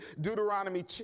Deuteronomy